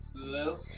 Hello